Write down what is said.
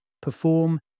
perform